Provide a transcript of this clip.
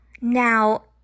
Now